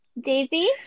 Daisy